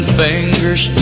fingers